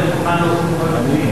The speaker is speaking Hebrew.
אם אתה מעוניין להוריד מזמנך,